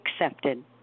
accepted